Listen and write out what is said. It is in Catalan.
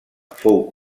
fou